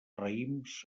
raïms